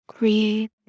Create